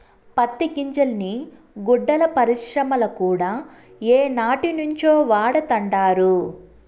పత్తి గింజల్ని గుడ్డల పరిశ్రమల కూడా ఏనాటినుంచో వాడతండారు